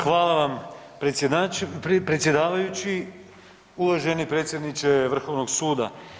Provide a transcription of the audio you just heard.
Hvala vam predsjedavajući, uvaženi predsjedniče vrhovnog suda.